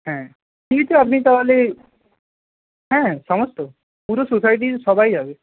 হ্যাঁ ঠিক আপনি তাহলে হ্যাঁ সমস্ত পুরো সোসাইটির সবাই যাবে